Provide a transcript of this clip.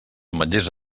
ametllers